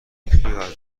بیخیال